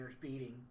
beating